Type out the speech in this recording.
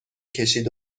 کشید